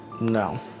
No